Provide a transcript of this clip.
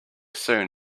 soon